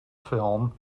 film